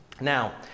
Now